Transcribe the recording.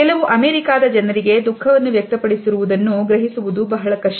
ಕೆಲವು ಅಮೇರಿಕಾದ ಜನರಿಗೆ ದುಃಖವನ್ನು ವ್ಯಕ್ತಪಡಿಸಿರುವುದನ್ನು ಗ್ರಹಿಸುವುದು ಬಹಳ ಕಷ್ಟ